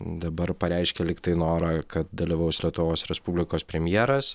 dabar pareiškė lygtai norą kad dalyvaus lietuvos respublikos premjeras